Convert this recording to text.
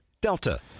delta